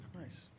Nice